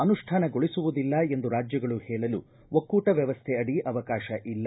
ಅನುಷ್ಠಾನಗೊಳಿಸುವುದಿಲ್ಲ ಎಂದು ರಾಜ್ಯಗಳು ಹೇಳಲು ಒಕ್ಕೂಟ ವ್ಯವಸ್ಥೆ ಅಡಿ ಅವಕಾಶ ಇಲ್ಲ